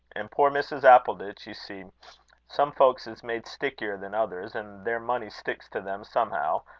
and poor mrs. appleditch you see some folks is made stickier than others, and their money sticks to them, somehow,